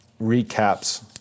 recaps